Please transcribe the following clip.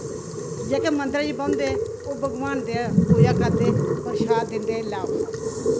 जेह्के मंदर च बोह्न्दे ओह् भगवान दे पूजा करदे परशाद दिंदे लेओ खाओ